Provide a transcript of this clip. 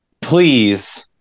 please